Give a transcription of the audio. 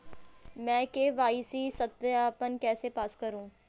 मैं के.वाई.सी सत्यापन कैसे पास करूँ?